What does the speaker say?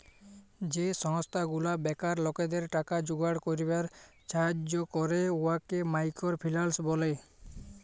যে সংস্থা গুলা বেকার লকদের টাকা জুগাড় ক্যইরবার ছাহাজ্জ্য ক্যরে উয়াকে মাইকর ফিল্যাল্স ব্যলে